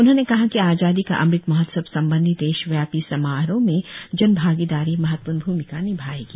उन्होंने कहा कि आजादी का अमृत महोत्सव संबंधी देशव्यापी समारोहों में जन भागीदारी महत्वपूर्ण भूमिका निभाएगी